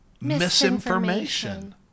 misinformation